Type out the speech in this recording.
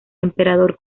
emperador